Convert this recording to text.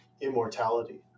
immortality